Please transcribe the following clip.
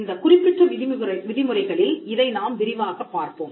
இந்தக் குறிப்பிட்ட விதிமுறைகளில் இதை நாம் விரிவாகப் பார்ப்போம்